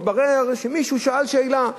מתברר שמישהו שאל שאלה,